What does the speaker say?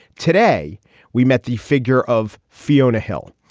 today we met the figure of fiona hill.